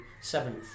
seventh